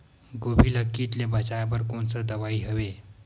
गोभी ल कीट ले बचाय बर कोन सा दवाई हवे?